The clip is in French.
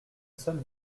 seule